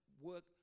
work